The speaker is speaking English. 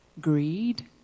greed